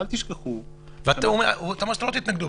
אתה אומר שלא תתנגדו.